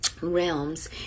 realms